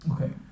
Okay